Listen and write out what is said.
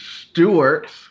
Stewart